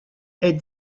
est